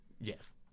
Yes